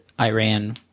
Iran